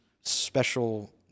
special